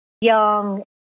young